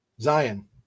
Zion